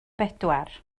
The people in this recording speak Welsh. bedwar